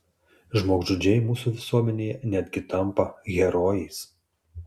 žmogžudžiai mūsų visuomenėje netgi tampa herojais